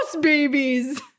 babies